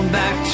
back